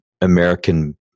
American